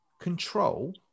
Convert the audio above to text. Control